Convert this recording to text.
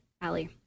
Allie